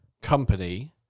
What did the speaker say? company